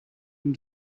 and